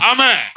Amen